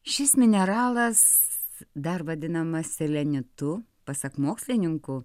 šis mineralas dar vadinamas selenitu pasak mokslininkų